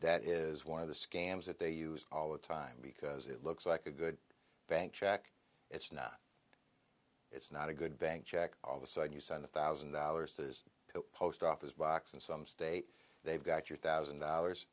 that is one of the scams that they use all the time because it looks like a good bank check it's not it's not a good bank check all the sudden you send a thousand dollars to the post office box in some state they've got your thousand dollars